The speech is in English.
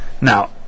now